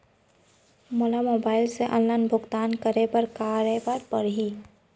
मोला मोबाइल से ऑनलाइन भुगतान करे बर का करे बर पड़ही?